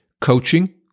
coaching